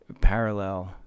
parallel